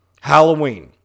Halloween